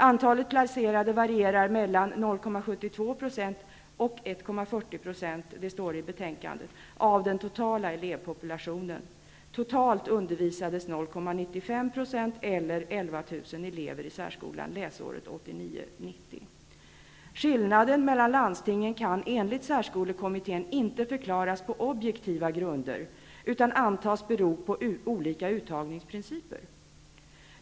Antalet placerade barn varierar mellan 0,72 % och 1,40 %-- det står i betänkandet -- av den totala elevpopulationen. Totalt undervisades 0,95 %, dvs. 11 000 elever i särskolan läsåret 1989/90. Skillnaderna mellan landstingen kan, enligt särskolekommittén, inte förklaras på objektiva grunder utan antas bero på olika uttagningsprinciper.